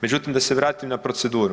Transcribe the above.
Međutim, da se vratim na proceduru.